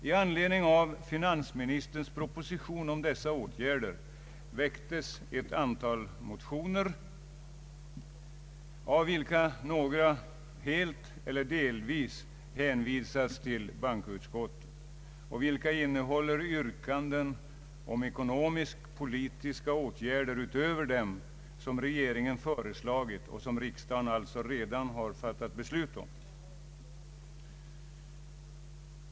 I anledning av finansministerns proposition om dessa åtgärder väcktes ett antal motioner, av vilka några helt eller delvis hänvisats till bankoutskottet. De innehåller yrkanden om ekonomiskpolitiska åtgärder utöver dem som regeringen föreslagit och som riksdagen alltså redan fattat beslut om.